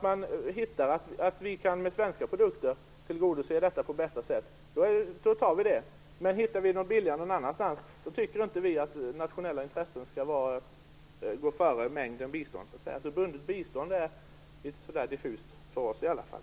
Kan vi då med svenska produkter tillgodose detta på bästa sätt, så gör vi det. Men hittar vi något som är billigare någon annanstans tycker vi inte att nationella intressen skall gå före mängden bistånd. Bundet bistånd är alltså litet diffust, för oss i alla fall.